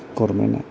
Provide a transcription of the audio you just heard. government आ